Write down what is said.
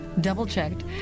double-checked